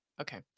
Okay